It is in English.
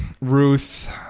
Ruth